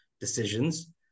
decisions